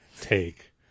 take